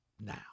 now